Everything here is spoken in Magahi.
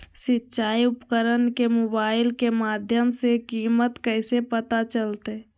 सिंचाई उपकरण के मोबाइल के माध्यम से कीमत कैसे पता चलतय?